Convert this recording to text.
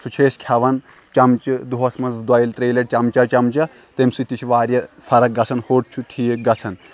سُہ چھِ أسۍ کھٮ۪وان چَمچہٕ دۄہَس منٛز دۄیہِ ترٛیہِ لَٹہِ چَمچَہ چَمچَہ تَمہِ سۭتۍ تہِ چھِ واریاہ فرق گژھان ہوٚٹ چھُ ٹھیٖک گژھان